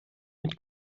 mit